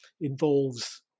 involves